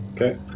Okay